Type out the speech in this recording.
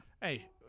Hey